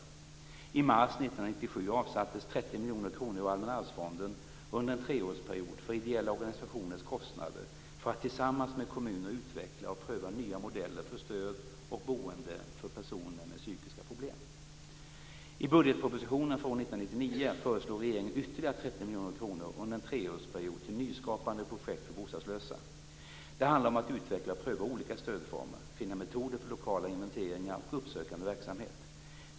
I mars 1997 avsattes 30 miljoner kronor ur Allmänna arvsfonden under en treårsperiod för ideella organisationers kostnader för att tillsammans med kommuner utveckla och pröva nya modeller för stöd och boende för personer med psykiska problem. I budgetpropositionen för år 1999 föreslog regeringen ytterligare 30 miljoner kronor under en treårsperiod till nyskapande projekt för bostadslösa. Det handlar om att utveckla och pröva olika stödformer, finna metoder för lokala inventeringar och uppsökande verksamhet.